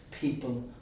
people